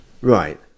right